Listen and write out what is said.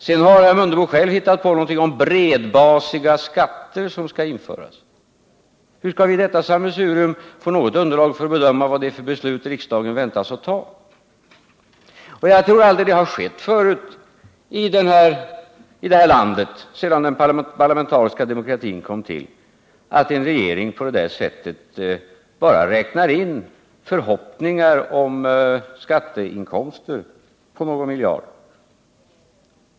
Sedan har herr Mundebo själv hittat på någonting om bredbasiga skatter som skall införas. Hur skall vi ur detta sammelsurium få något underlag för att bedöma vad det är för beslut riksdagen väntas ta? Jag tror aldrig att det har förekommit i det här landet sedan den parlamentariska demokratin infördes att en regering på det sättet bara räknat in förhoppningar om skatteinkomster på någon miljard.